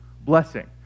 blessing